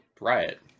Riot